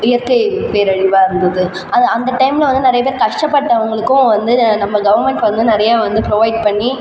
இயற்கை பேரழிவாக இருந்தது அந்த டைமில் வந்து நிறைய பேர் கஷ்ட பட்டவங்களுக்கும் வந்து நம்ம கவர்ன்மெண்ட் வந்து நிறையா வந்து ப்ரொவைட் பண்ணி